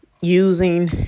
using